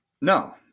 No